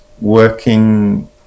working